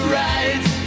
right